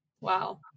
Wow